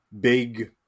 big